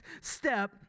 step